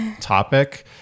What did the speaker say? topic